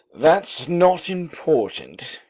that's not important,